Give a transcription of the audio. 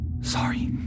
Sorry